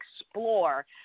explore